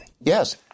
Yes